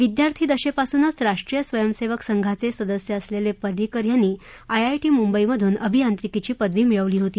विद्यार्थी दशेपासूनच राष्ट्रीय स्वयंसेवक संघाचे सदस्य असलेले परिंकर यांनी आय आय टी मुंबईमधून अभियांत्रिकीची पदवी मिळवली होती